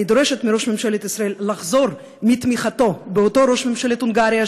אני דורשת מראש ממשלת ישראל לחזור מתמיכתו באותו ראש ממשלת הונגריה,